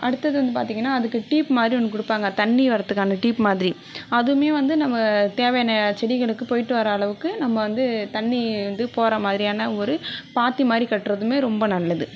அடுத்தது வந்து பார்த்தீங்கனா அதுக்கு டியூப் மாதிரி ஒன்று கொடுப்பாங்க தண்ணி வர்றத்துக்கான டியூப் மாதிரி அதுவுமே வந்து நம்ம தேவையான செடிகளுக்கு போயிவிட்டு வர அளவுக்கு நம்ம வந்து தண்ணி வந்து போறமாதிரியான ஒரு பாத்தி மாதிரி கட்றதுமே ரொம்ப நல்லது